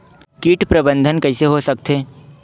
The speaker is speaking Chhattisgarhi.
कीट प्रबंधन कइसे हो सकथे?